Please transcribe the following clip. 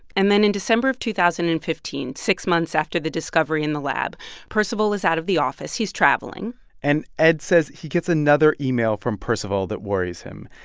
and then in december of two thousand and fifteen six months after the discovery in the lab percival is out of the office. he's traveling and ed says he gets another email from percival that worries him.